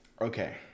Okay